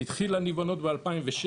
היא התחילה להיבנות ב-2006,